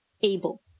able